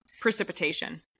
precipitation